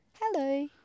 Hello